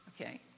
Okay